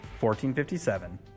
1457